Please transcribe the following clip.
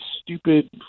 stupid